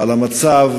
על המצב.